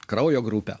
kraujo grupę